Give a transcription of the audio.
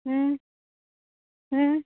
हूं हूं